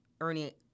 Ernie